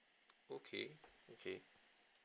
okay okay